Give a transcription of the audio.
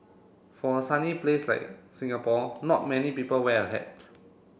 for a sunny place like Singapore not many people wear a hat